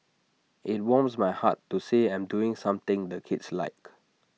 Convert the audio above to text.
IT warms my heart to say I'm doing something the kids like